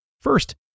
First